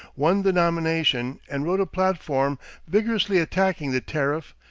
won the nomination, and wrote a platform vigorously attacking the tariff,